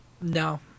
No